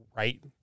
Right